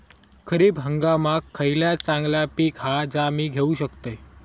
खरीप हंगामाक खयला चांगला पीक हा जा मी घेऊ शकतय?